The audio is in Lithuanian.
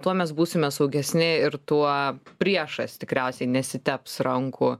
tuo mes būsime saugesni ir tuo priešas tikriausiai nesiteps rankų